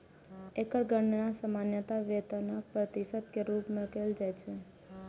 एकर गणना सामान्यतः वेतनक प्रतिशत के रूप मे कैल जाइ छै